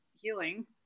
healing